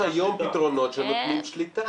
יש היום פתרונות שנותנים שליטה.